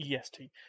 EST